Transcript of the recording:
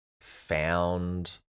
found